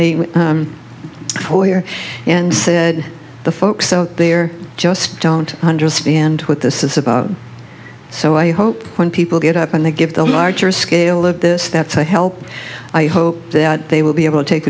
foyer and said the folks out there just don't understand what this is about so i hope when people get up and they give the larger scale of this that's a help i hope that they will be able to take